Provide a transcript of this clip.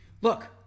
Look